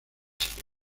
chica